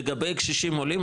לגבי קשישים עולים,